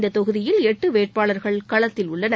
இந்தத் தொகுதியில் எட்டு வேட்பாளர்கள் களத்தில் உள்ளனர்